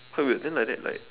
quite weird then like that like